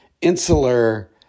insular